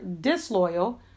disloyal